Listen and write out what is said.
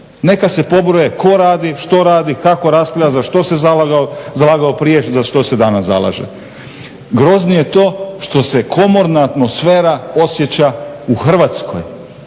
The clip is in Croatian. Neka se pobroje tko radi, što radi, kako raspravlja, za što se zalagao prije, za što se danas zalaže. Groznije je to što se komorna atmosfera osjeća u Hrvatskoj,